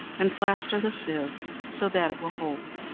and plaster the sieve so that it will hold.